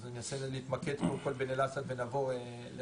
אז אני מנסה באמת להתמקד בכל עין אל-אסד ונעבור לריחאניה.